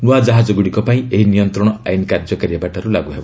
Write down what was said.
ନ୍ତିଆ ଜାହାଜଗୁଡ଼ିକ ପାଇଁ ଏହି ନିୟନ୍ତ୍ରଣ ଆଇନ କାର୍ଯ୍ୟକାରୀ ହେବାଠାରୁ ଲାଗୁ ହେବ